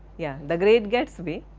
yeah, the great gatsby,